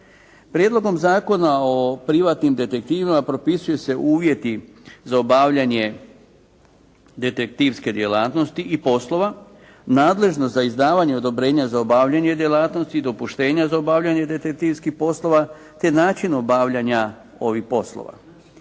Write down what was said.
Prijedlogom zakona o privatnim detektivima propisuju se uvjeti za obavljanje detektivske djelatnosti i poslova, nadležnost za izdavanje odobrenja za obavljanje djelatnosti, dopuštenja za obavljanje detektivskih poslova te način obavljanja ovih poslova.